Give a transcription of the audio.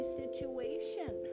situation